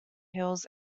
hills